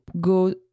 go